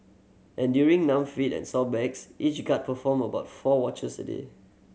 enduring numb feet and sore backs each guard performed about four watches a day